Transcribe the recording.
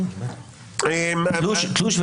תלוש,